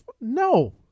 No